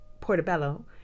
Portobello